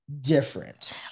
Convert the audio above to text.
different